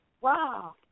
Wow